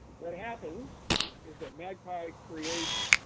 what happens is that magpie creates